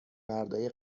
مردای